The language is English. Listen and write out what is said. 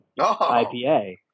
IPA